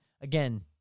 again